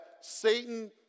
Satan